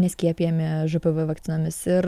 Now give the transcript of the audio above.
neskiepijami žpv vakcinomis ir